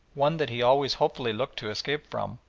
one that he always hopefully looked to escape from,